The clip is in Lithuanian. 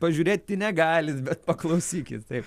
pažiūrėti negalit bet paklausykit taip